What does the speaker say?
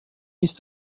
ist